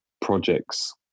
projects